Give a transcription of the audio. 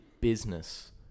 business